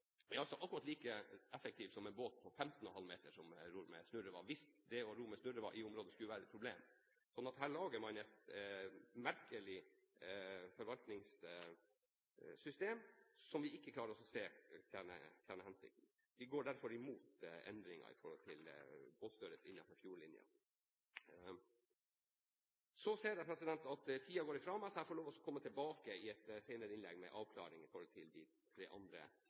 hvis det å ro med snurrevad i området skulle være et problem. Her lager man et merkelig forvaltningssystem som vi ikke klarer å se tjener hensikten. Vi går derfor imot endringer i båtstørrelse innenfor fjordlinjen. Så ser jeg at tiden går ifra meg, så jeg må få lov til å komme tilbake i et senere innlegg med avklaringer når det gjelder de tre andre